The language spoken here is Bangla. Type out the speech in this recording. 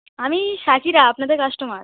আমি শাকিরা আপনাদের কাস্টোমার